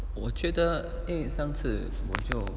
我觉得因为上次我就